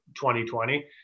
2020